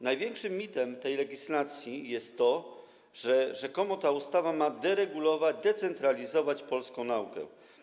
Największym mitem tej legislacji jest to, że rzekomo ta ustawa ma deregulować, decentralizować polską naukę.